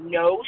no